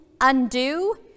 Undo